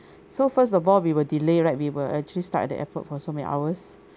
so first of all we were delay right we were actually stuck at the airport for so many hours